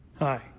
Hi